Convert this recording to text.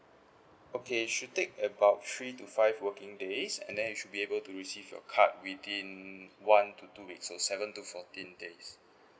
okay should take about three to five working days and then you should be able to receive your card within one to two weeks so seven to fourteen days